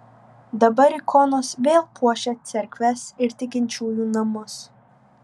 dabar ikonos vėl puošia cerkves ir tikinčiųjų namus